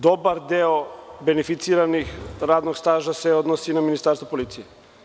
Dobar deo beneficiranog radnog staža se odnosi na Ministarstvo policije.